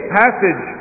passage